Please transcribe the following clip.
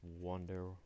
Wonder